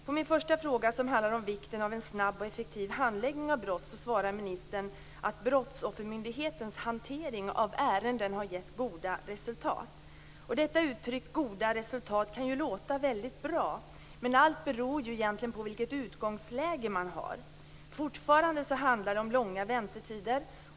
På min första fråga som handlar om vikten av en snabb och effektiv handläggning av brott svarar ministern att Brottsoffermyndighetens hantering av ärenden har gett goda resultat. Detta uttryck, goda resultat, kan ju låta väldigt bra, men allt beror ju egentligen på vilket utgångsläge man har. Det handlar fortfarande om långa väntetider.